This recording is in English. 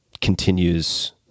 continues